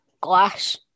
Glass